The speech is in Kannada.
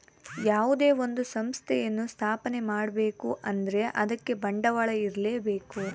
ಯಾವುದೇ ಒಂದು ಸಂಸ್ಥೆಯನ್ನು ಸ್ಥಾಪನೆ ಮಾಡ್ಬೇಕು ಅಂದ್ರೆ ಅದಕ್ಕೆ ಬಂಡವಾಳ ಇರ್ಲೇಬೇಕು